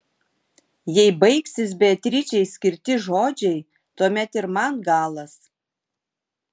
jei baigsis beatričei skirti žodžiai tuomet ir man galas